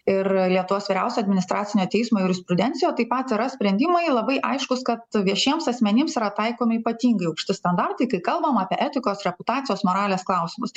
ir lietuvos vyriausio administracinio teismo jurisprudencijoj taip pat yra sprendimai labai aiškūs kad viešiems asmenims yra taikomi ypatingai aukšti standartai kai kalbam apie etikos reputacijos moralės klausimus